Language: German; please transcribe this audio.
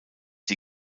die